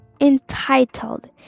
entitled